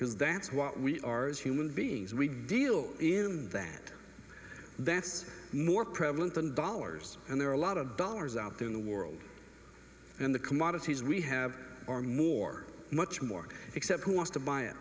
because that's what we are as human beings we deal in that that's more prevalent than dollars and there are a lot of dollars out there in the world and the commodities we have are more much more except who wants to buy it